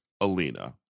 alina